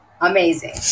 Amazing